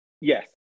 Yes